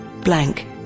blank